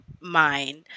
mind